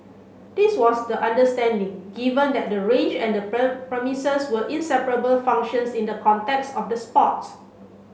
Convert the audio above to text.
this was the understanding given that the range and the premises were inseparable functions in the context of the sports